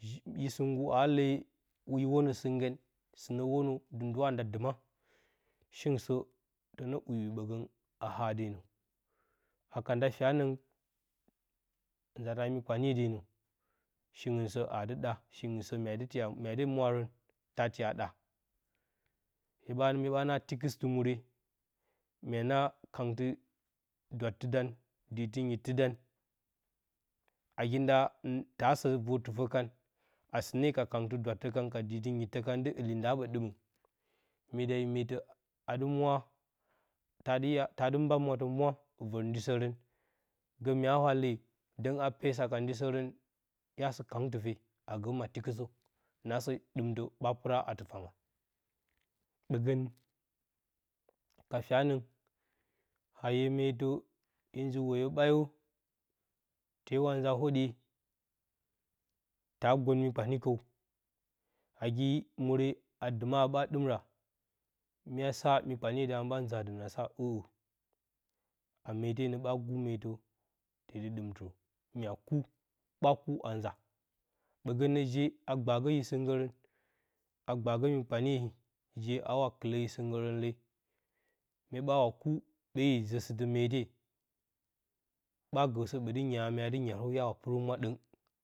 Yo sɨngngu a lee yo wonə sɨn gngən sɨna wonə dɨ ndɨwa nda dɨma. Shingɨ sə tənə ‘wi ‘wi bəgən a hadenə a ka nda fyanəng nzata mi kpanye denə, shingɨn sə ade ɗa, shingɨn sə mya tiya, mya dɨ mwarən ta tiya aɗa miye ɓa naa tikɨstɨ muure mya naa kangɨɨ ɗwattɨ dan, diitɨ nyittɨ dan. Nagi nda ta sə var-tɨfə kan, a sɨneka diiti kangtɨ dwattə kan ka diitɨ nyittə kan dɨ ɨli nda ɓə ɗɨmə myedayo meetə adɨ mwa ta dɨ ta dɨ mba mwatə mwa və ndisərən, gə mya wa leeyo gə dənga peesa ka ndisərən ya sɨ kang tɨfe asə ma tikɨsə nagsə ɗamtə ba paraa tafanga ɓəgən ka fyanəng a hye medə tewanza hwoɗye ta gon mi kpanyi kəw nagi muure a dɨma ati ba dɨmra, inyoo sa, mi kpanye daarən ba nzaadən asaa ə'ə ameete nə ɓa guu meetə tedɨ ɗɨm tɨrə, mya kuu, ɓa kunanza, ɓə gən nəje a gbaago yo sɨngngərən a gba ago mi kpanye, je a wa kɨləyo sɨngngə rən lee mye ɓaa wa kuu ɓee yi zə sɨtɨ meete ɓaa gəsə ɓati nyarati mya dɨ nyaarəw hya wa pɨrə humwa ɗəng.